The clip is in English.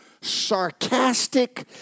sarcastic